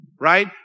right